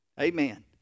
Amen